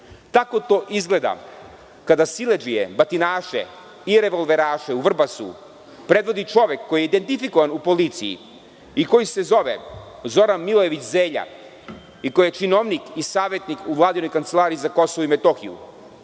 Tako to izgleda kada siledžije, batinaše i revolveraše u Vrbasu predvodi čovek koji je identifikovan u policiji i koji se zove Zoran Milojević Zelja, koji činovnik i savetnik u Vladinoj Kancelariji za KiM.